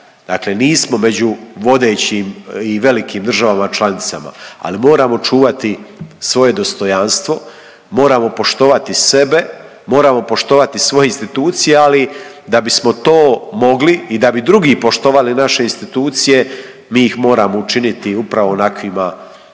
nismo među vodećim i velikim državama članicama ali moram čuvati svoje dostojanstvo, moramo poštovati sebe, moramo poštovati svoje institucije ali da bismo to mogli i da bi drugi poštovali naše institucije, mi ih moramo učiniti upravo onakvima kakve